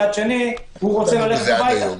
מצד שני, הוא רוצה ללכת הביתה.